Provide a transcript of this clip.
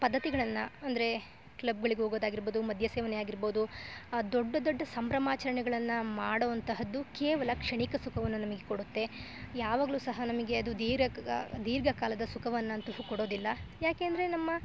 ಪದ್ದತಿಗಳನ್ನು ಅಂದರೆ ಕ್ಲಬ್ಗಳಿಗೆ ಹೋಗೊದಾಗಿರ್ಬೌದು ಮದ್ಯ ಸೇವನೆ ಆಗಿರ್ಬೌದು ದೊಡ್ಡ ದೊಡ್ಡ ಸಂಭ್ರಮಾಚರಣೆಗಳನ್ನು ಮಾಡುವಂತಹದ್ದು ಕೇವಲ ಕ್ಷಣಿಕ ಸುಖವನ್ನು ನಮಗೆ ಕೊಡುತ್ತೆ ಯಾವಾಗಲೂ ಸಹ ನಮಗೆ ಅದು ದೀರಕ ದೀರ್ಘಕಾಲದ ಸುಖವನ್ನಂತೂ ಹು ಕೊಡೋದಿಲ್ಲ ಯಾಕೆಂದರೆ ನಮ್ಮ